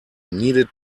needed